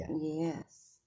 Yes